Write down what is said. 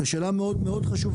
זאת שאלה מאוד חשובה.